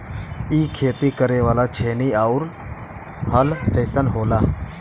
इ खेती करे वाला छेनी आउर हल जइसन होला